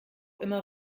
immer